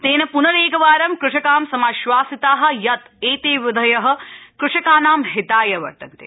तेन पुनरेकवारं कृषकां समाश्वासिता यत् एते विधय कृषकाणां हिताय वर्तन्ते